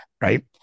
Right